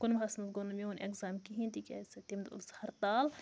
کُںوُہَس منٛز گوٚو نہٕ میون اٮ۪کزام کِہیٖنۍ تِکیٛازِ تَمہِ دۄہ اوس ہرتال